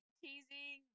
teasing